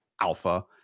Alpha